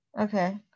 Okay